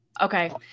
Okay